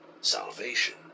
Salvation